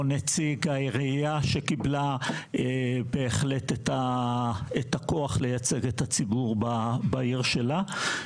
נציג העירייה שקיבלה בהחלט את הכוח לייצג את הציבור בעיר שלה,